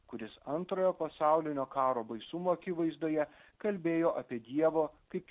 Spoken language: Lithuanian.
kuris antrojo pasaulinio karo baisumų akivaizdoje kalbėjo apie dievo kaip